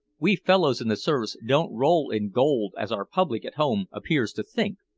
we fellows in the service don't roll in gold as our public at home appears to think.